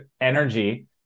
energy